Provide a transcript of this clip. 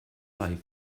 life